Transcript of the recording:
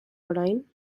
orain